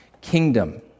kingdom